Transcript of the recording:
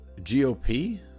GOP